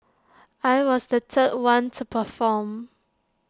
I was the third one to perform